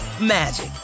magic